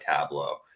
Tableau